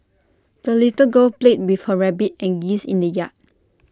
the little girl played with her rabbit and geese in the yard